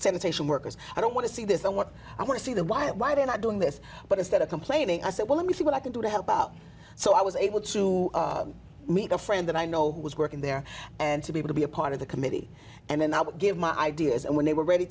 sanitation workers i don't want to see this on what i want to see the why why don't i doing this but instead of complaining i said well let me see what i can do to help out so i was able to meet a friend that i know who was working there and to be able to be a part of the committee and then i would give my ideas and when they were ready